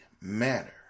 matter